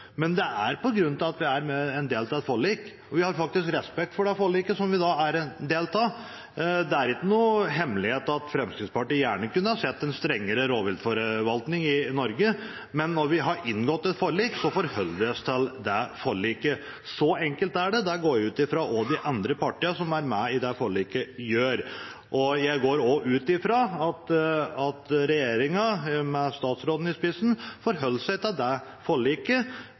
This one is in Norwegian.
er ikke noen hemmelighet at Fremskrittspartiet gjerne kunne ha sett en strengere rovviltforvaltning i Norge, man når vi har inngått et forlik, forholder vi oss til det forliket. Så enkelt er det. Det går jeg ut fra at også de andre partiene som er med på det forliket, gjør. Jeg går også ut fra at regjeringen med statsråden i spissen forholder seg til det forliket